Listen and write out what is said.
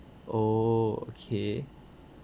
oh okay